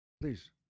please